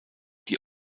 die